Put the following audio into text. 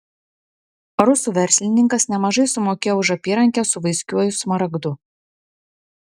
rusų verslininkas nemažai sumokėjo už apyrankę su vaiskiuoju smaragdu